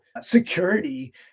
security